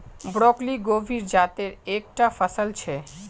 broccoli गोभीर जातेर एक टा फसल छे